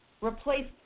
Replace